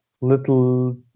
little